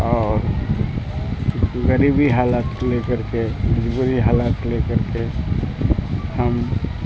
اور غریبی حالت لے کر کے مجبوری حالت لے کر کے ہم